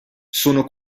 sono